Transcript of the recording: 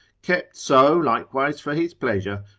kept so likewise for his pleasure,